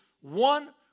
one